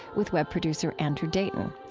with web producer andrew dayton.